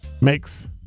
Makes